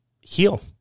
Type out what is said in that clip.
heal